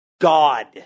God